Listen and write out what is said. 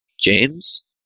James